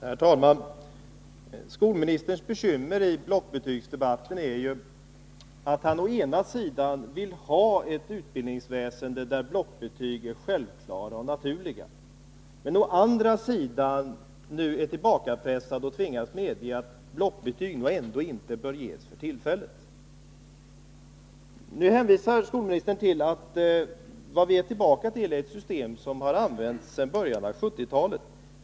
Herr talman! Skolministerns bekymmer i blockbetygsdebatten är att han å ena sidan vill ha ett utbildningsväsende där blockbetyg är naturliga och självklara. Men å andra sidan är han nu tillbakapressad och tvingas medge att blockbetyg nog ändå inte bör ges för tillfället. Nu hänvisar skolministern till att vi är tillbaka i ett system som har använts sedan början av 1970-talet.